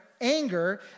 anger